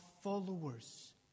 followers